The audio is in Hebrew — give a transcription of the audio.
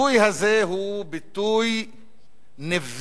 הביטוי הזה הוא ביטוי נבזי,